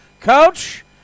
Coach